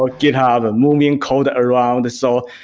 ah github and moving code around. so,